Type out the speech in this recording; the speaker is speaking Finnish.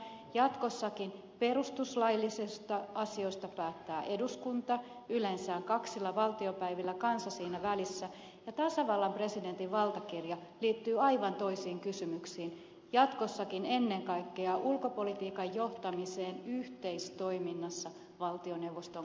jatkossakin perustuslaillisista asioista päättää eduskunta yleensä kaksilla valtiopäivillä kansa siinä välissä ja tasavallan presidentin valtakirja liittyy aivan toisiin kysymyksiin jatkossakin ennen kaikkea ulkopolitiikan johtamiseen yhteistoiminnassa valtioneuvoston kanssa